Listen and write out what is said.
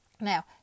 Now